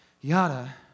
yada